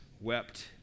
wept